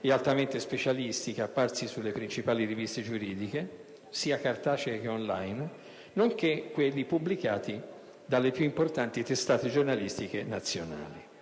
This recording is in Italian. ed altamente specialistica apparsi sulle principali riviste giuridiche, sia cartacee che *on line*, nonché quelli pubblicati dalle più importanti testate giornalistiche nazionali.